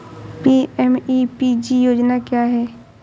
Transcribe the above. PMEPG योजना क्या है?